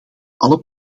alle